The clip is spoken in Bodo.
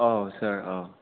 औ सार औ